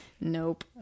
Nope